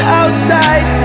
outside